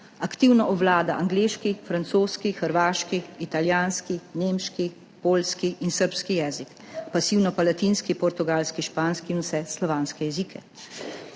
Aktivno obvlada angleški, francoski, hrvaški, italijanski, nemški, poljski in srbski jezik, pasivno pa latinski, portugalski, španski in vse slovanske jezike.